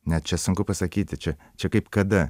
ne čia sunku pasakyti čia čia kaip kada